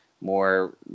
more